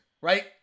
right